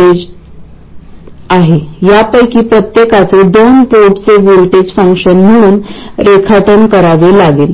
त्यामुळे आता इथे या ड्रेन व्होल्टेज VDमध्ये वाढ होईल किंवा कमी हे या 200μA आणि